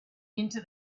into